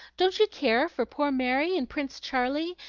don't you care for poor mary, and prince charlie,